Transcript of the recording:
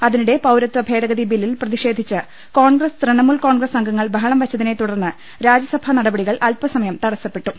അതിനിടെ പൌരത്വ ഭേദഗതി ബില്ലിൽ പ്രതിഷേധിച്ച് കോൺഗ്രസ് തൃണമൂൽ കോൺഗ്രസ് അംഗങ്ങൾ ബഹളം വെച്ചതിനെ തുടർന്ന് രാജ്യ സഭാ നടപടികൾ അൽപസമയം തടസ്സപ്പെട്ടു